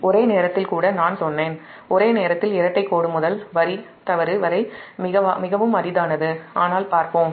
ஒரே நேரத்தில் கூட நான் சொன்னேன் ஒரே நேரத்தில் இரட்டைக் கோடு முதல் வரி தவறு வரை மிகவும் அரிதானதுஆனால் பார்ப்பேன்